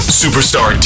superstar